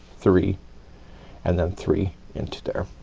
three and then three into there.